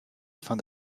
fin